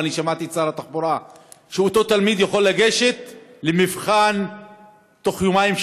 ואני שמעתי את שר התחבורה ואותו תלמיד יכול לגשת למבחן בתוך יומיים,